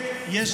ממשיכות לעבוד.